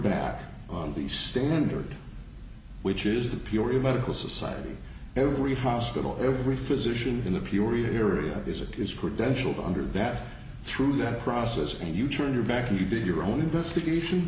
back on the standard which is the peoria medical society every hospital every physician in the peoria area is it is credentialed under that through that process and you turn your back to be your own investigation